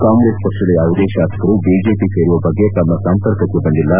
ಕಾಂಗ್ರೆಸ್ ಪಕ್ಷದ ಯಾವುದೇ ಶಾಸಕರು ಬಿಜೆಪಿ ಸೇರುವ ಬಗ್ಗೆ ತಮ್ಮ ಸಂಪರ್ಕಕ್ಕೆ ಬಂದಿಲ್ಲ